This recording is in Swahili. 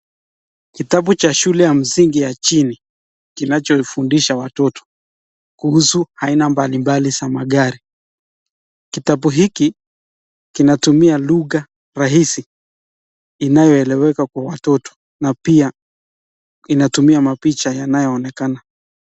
Kitabu cha shule ya msingi ya chini kinachofundisha watoto kuhusu aina mbalimbali za magari. Kitabu hiki kinatumia lugha rahisi inayoeleweka kwa watoto na pia inatumia mapicha yanayoonekana.